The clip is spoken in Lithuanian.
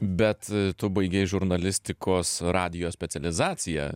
bet tu baigei žurnalistikos radijo specializaciją